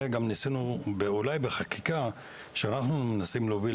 גם ניסינו אולי בחקיקה שאנחנו מנסים להוביל,